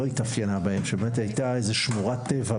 התאפיינה בהן היא הייתה איזו שמורת טבע,